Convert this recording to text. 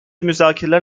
müzakereler